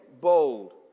bold